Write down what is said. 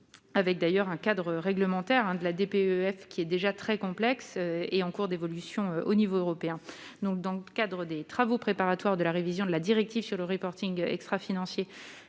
avec d'ailleurs un cadre réglementaire de la DPE est ce qui est déjà très complexe et en cours d'évolution au niveau européen, donc dans le cadre des travaux préparatoires de la révision de la directive sur le reporting extra- financier